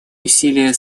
усилия